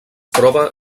troba